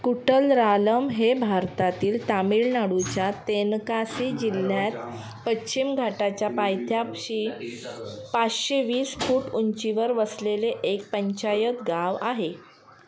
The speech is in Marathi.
कुटलरालम हे भारतातील तामिळनाडूच्या तेनकासी जिल्ह्यात पश्चिम घाटाच्या पायथ्याशी पाचशे वीस फूट उंचीवर बसलेले एक पंचायत गाव आहे